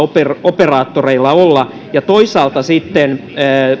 operaattoreilla olla ja toisaalta sitten